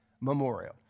memorial